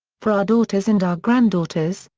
for our daughters and our granddaughters,